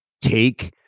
take